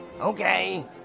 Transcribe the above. okay